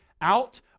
out